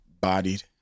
bodied